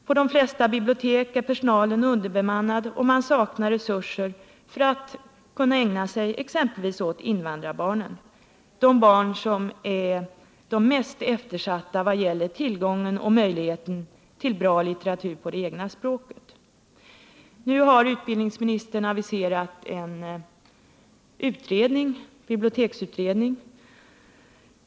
På de flesta bibliotek är personalen underbemannad, och man saknar resurser för att kunna ägna sig åt exempelvis invandrarbarnen, de barn som i dag är de mest eftersatta vad gäller tillgången till bra litteratur på det egna språket. Nu har utbildningsministern aviserat en biblioteksutredning.